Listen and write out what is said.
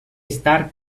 estar